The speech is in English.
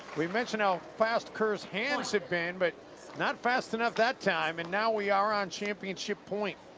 we've mentioned how fast kerr's hands have been, but not fast enough that time. and now we are on championship point.